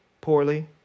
poorly